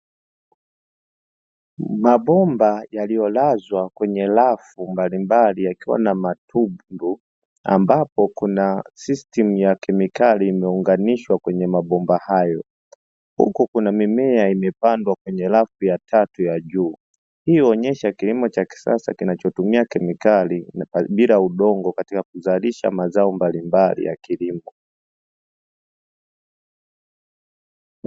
Mabomba yaliyolazwa kwenye rafu mbalimbali yakiwa na matundu ambapo kuna sistimu ya kemikali imeunganishwa kwenye mabomba hayo, huku kuna mimea imepandwa kwenye rafu ya tatu ya juu, hii huonyesha kilimo cha kisasa kinachotumia kemikali bila udongo katika kuzalisha mazao mbalimbali ya kilimo.